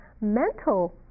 mental